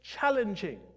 challenging